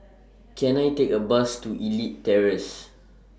Can I Take A Bus to Elite Terrace